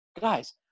guys